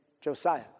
Josiah